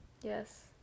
Yes